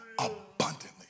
abundantly